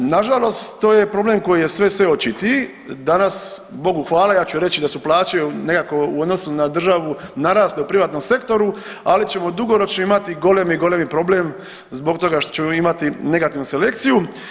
Nažalost koji je problem koji je sve, sve očitiji, danas Bogu hvala ja ću reći da su plaće nekako u odnosu na državu narasle u privatnom sektoru, ali ćemo dugoročno imati golemi, golemi problem zbog toga što ćemo imati negativnu selekciju.